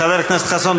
חבר הכנסת חסון,